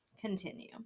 continue